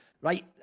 right